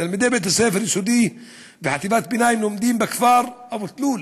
תלמידי בית-הספר היסודי וחטיבת הביניים לומדים בכפר אבו-תלול,